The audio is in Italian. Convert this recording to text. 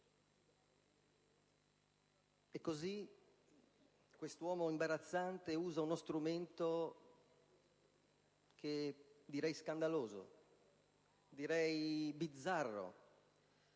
Così, questo uomo imbarazzante usa uno strumento che direi scandaloso, bizzarro,